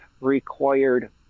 required